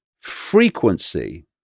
frequency